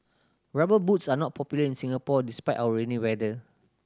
Rubber Boots are not popular in Singapore despite our rainy weather